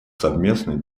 совместная